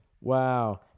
Wow